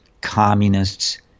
communists